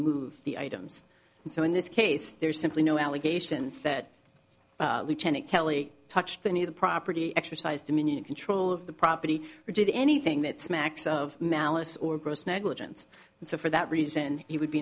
move the items so in this case there's simply no allegations that kelly touched any of the property exercise dominion control of the property or did anything that smacks of malice or gross negligence and so for that reason he would be